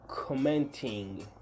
commenting